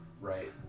right